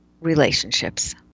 relationships